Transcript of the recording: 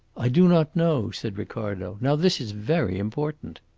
i do not know said ricardo now this is very important.